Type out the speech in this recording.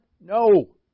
No